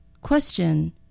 Question